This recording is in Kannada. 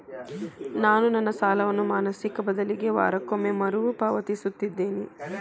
ನಾನು ನನ್ನ ಸಾಲವನ್ನು ಮಾಸಿಕ ಬದಲಿಗೆ ವಾರಕ್ಕೊಮ್ಮೆ ಮರುಪಾವತಿಸುತ್ತಿದ್ದೇನೆ